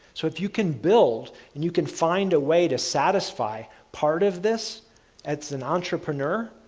so if you can build and you can find a way to satisfy part of this as an entrepreneur,